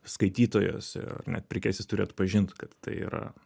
skaitytojas ir net pirkėjas jis turi atpažint kad tai yra